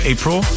April